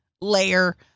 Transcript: layer